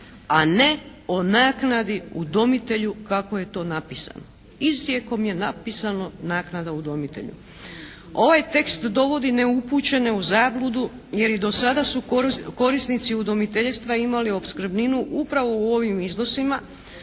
a ne o naknadi udomitelju kako je to napisano. Izrijekom je napisano naknada udomitelju. Ovaj tekst dovodi neupućene u zabludu jer i do sada su korisnici udomiteljstva imali opskrbninu upravo u ovim iznosima